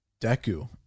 Deku